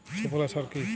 সুফলা সার কি?